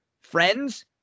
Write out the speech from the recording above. Friends